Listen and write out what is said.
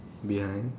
behind